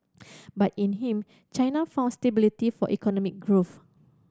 but in him China found stability for economic growth